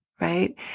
right